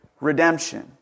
redemption